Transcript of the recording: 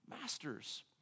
masters